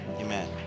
amen